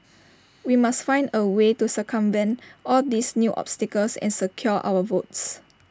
we must find A way to circumvent all these new obstacles and secure our votes